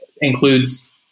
includes